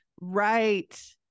Right